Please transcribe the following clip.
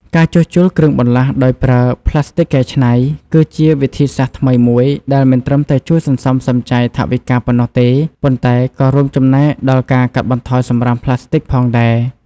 ការជួសជុលគ្រឿងបន្លាស់ដោយប្រើ ផ្លាស្ទិកកែច្នៃ គឺជាវិធីសាស្ត្រថ្មីមួយដែលមិនត្រឹមតែជួយសន្សំសំចៃថវិកាប៉ុណ្ណោះទេ ប៉ុន្តែក៏រួមចំណែកដល់ការកាត់បន្ថយសំរាមផ្លាស្ទិកផងដែរ។